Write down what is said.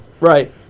Right